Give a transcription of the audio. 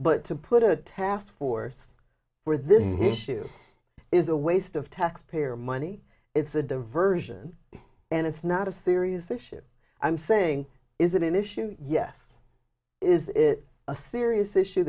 but to put a task force where this issue is a waste of taxpayer money it's a diversion and it's not a serious issue i'm saying is it an issue yes is it a serious issue